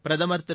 பிரதமர் திரு